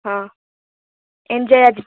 ହଁ ଏନ୍ଜୟ ଆଜି